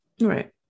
right